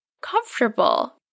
comfortable